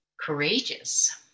Courageous